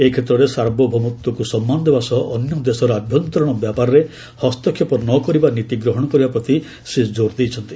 ଏ କ୍ଷେତ୍ରରେ ସାର୍ବଭୌମତ୍ୱକୁ ସମ୍ମାନ ଦେବା ସହ ଅନ୍ୟ ଦେଶର ଆଭ୍ୟନ୍ତରିଣ ବ୍ୟାପାରରେ ହସ୍ତକ୍ଷେପ ନ କରିବା ନୀତି ଗ୍ରହଣ କରିବା ପ୍ରତି ସେ ଜୋର୍ ଦେଇଛନ୍ତି